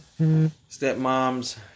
stepmoms